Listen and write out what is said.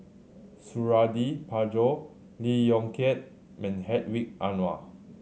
Suradi Parjo Lee Yong Kiat Hedwig Anuar